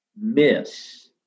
miss